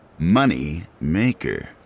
Moneymaker